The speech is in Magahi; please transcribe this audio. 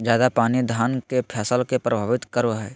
ज्यादा पानी धान के फसल के परभावित करो है?